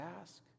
ask